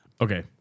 Okay